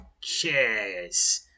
Cheers